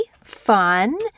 fun